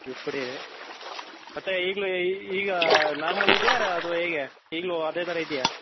juice ಕುಡಿರಿ ಮತ್ತೆ ಈಗಲೆ ಈಗ ನಾರ್ಮಲ್ ಇದೆಯಾ ಅದು ಹೇಗೆ ಈಗಲೂ ಅದೇ ಥರ ಇದೆಯಾ